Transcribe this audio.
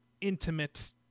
intimate